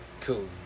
cool